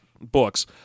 books